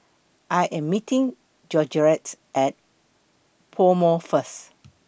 I Am meeting Georgette At Pomo First